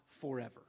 forever